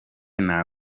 nta